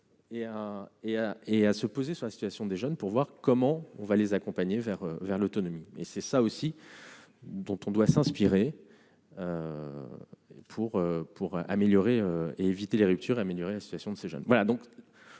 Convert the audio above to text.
et à se poser sur la situation des jeunes pour voir comment on va les accompagner vers vers l'autonomie, et c'est ça aussi, dont on doit s'inspirer pour pour améliorer et éviter les ruptures et améliorer la situation de ces jeunes, voilà